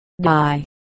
die